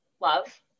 love